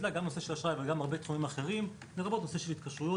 בדקנו את נושא האשראי ועוד תחומים רבים לרבות התקשרויות